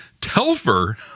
Telfer